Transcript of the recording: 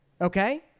okay